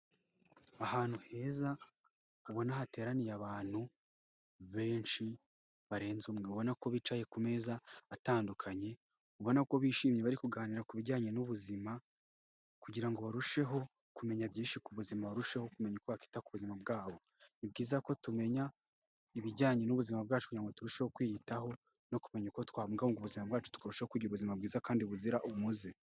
Ahantu heza ubona hateraniye abantu benshi barenze umwe ubona ko bicaye ku meza atandukanye, ubona ko bishimye bari kuganira ku bijyanye n'ubuzima kugira ngo barusheho kumenya byinshi ku buzima, barushaho kumenya uko bakwite ku buzima bwabo, ni byiza ko tumenya ibijyanye n'ubuzima bwacu kugira ngo turusheho kwiyitaho no kumenya uko twabungabunga ubuzima bwacu tukarusha kugira ubuzima bwiza kandi buzira umuze.